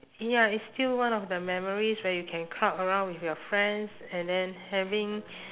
ya it's still one of the memories where you can crowd around with your friends and then having